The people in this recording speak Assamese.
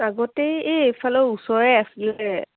আগতে এই এইফালৰ ওচৰৰে আছিলে